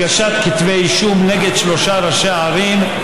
הגשת כתבי אישום נגד שלושה ראשי ערים,